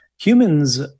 Humans